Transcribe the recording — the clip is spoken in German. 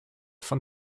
von